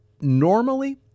normally